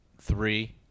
three